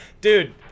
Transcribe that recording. dude